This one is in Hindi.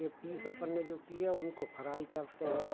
जो पीस अपन ने किए हैं उनको फराई करते हैं